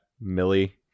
Millie